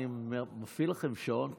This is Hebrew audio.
אני מפעיל לכם שעון,